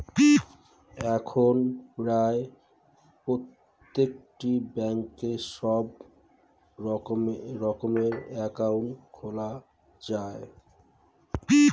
এখন প্রায় প্রত্যেকটি ব্যাঙ্কে সব রকমের অ্যাকাউন্ট খোলা যায়